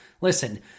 Listen